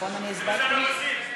מה זאת אומרת?